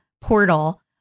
portal